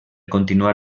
continuar